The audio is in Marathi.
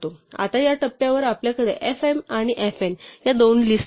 आता या टप्प्यावर आपल्याकडे fm आणि fn या दोन लिस्ट आहेत